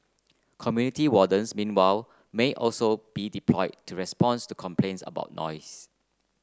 community wardens meanwhile may also be deployed to responds to complaints about noise